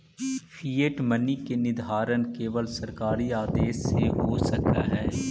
fiat money के निर्धारण केवल सरकारी आदेश से हो सकऽ हई